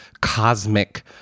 cosmic